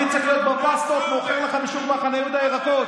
אני צריך להיות בבסטות מוכר לכם בשוק מחנה יהודה ירקות.